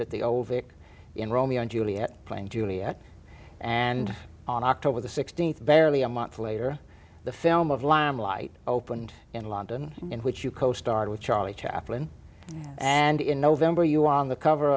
at the old vic in romeo and juliet playing juliet and on october the sixteenth barely a month later the film of lamb light opened in london in which you costarred with charlie chaplin and in november you on the cover